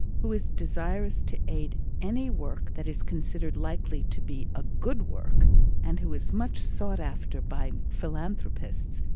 who is desirous to aid any work that is considered likely to be a good work and who is much sought after by philanthropists,